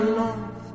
love